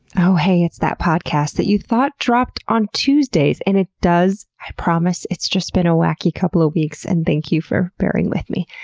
oh heeey, it's that podcast that you thought dropped on tuesdays, and it does, i promise, it's just been a wacky couple of weeks and thank you for bearing with me.